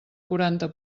quaranta